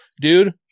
dude